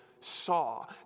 saw